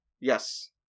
Yes